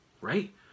Right